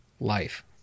life